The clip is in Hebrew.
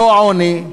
לא עוני,